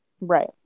Right